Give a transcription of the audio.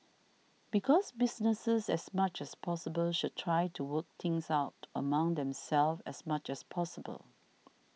because businesses as much as possible should try to work things out among themselves as much as possible